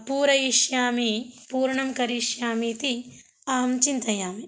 पूरयिष्यामि पूर्णं करिष्यामि इति अहं चिन्तयामि